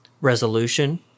resolution